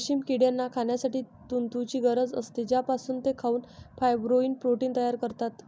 रेशीम किड्यांना खाण्यासाठी तुतीची गरज असते, ज्यापासून ते खाऊन फायब्रोइन प्रोटीन तयार करतात